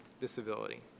disability